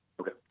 Okay